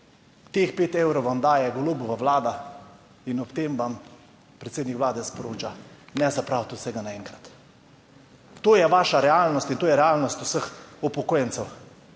teh 5 evrov vam daje Golobova Vlada in ob tem vam predsednik Vlade sporoča, ne zapraviti vsega naenkrat. To je vaša realnost in to je realnost vseh upokojencev.